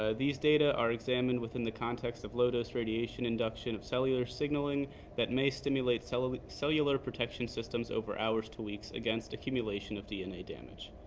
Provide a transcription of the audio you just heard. ah these data are examined within the context of low-dose radiation induction of cellular signaling that may stimulate cellular cellular protection systems over hours to weeks against accumulation of dna damage.